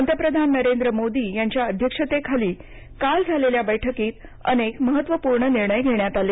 पंतप्रधान नरेंद्र मोदी यांच्या अध्यक्षतेखाली काल झालेल्या बैठकीत अनेक महत्त्वपूर्ण निर्णय घेण्यात आले